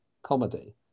Comedy